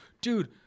Dude